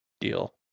deal